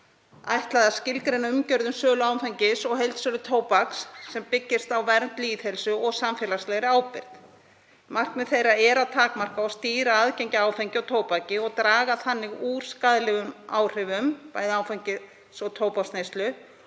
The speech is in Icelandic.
ætlað að skilgreina umgjörð um sölu áfengis og heildsölu tóbaks sem byggist á vernd lýðheilsu og samfélagslegri ábyrgð. Markmið þeirra er að takmarka og stýra aðgengi að áfengi og tóbaki og draga þannig úr skaðlegum áhrifum áfengis- og tóbaksneyslu